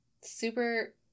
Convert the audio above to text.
Super